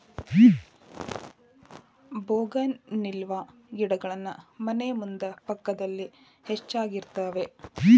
bougainvillea ಗಿಡಗಳನ್ನಾ ಮನೆ ಮುಂದೆ ಪಕ್ಕದಲ್ಲಿ ಹೆಚ್ಚಾಗಿರುತ್ತವೆ